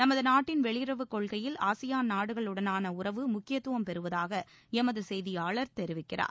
நமது நாட்டின் வெளியுறவுக் கொள்கையில் ஆசியான் நாடுகளுடனான உறவு முக்கியத்துவம் பெறுவதாக எமது செய்தியாளர் கூறுகிறார்